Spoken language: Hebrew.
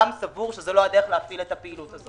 גם סבור שזו לא הדרך להפעיל את הפעילות הזו.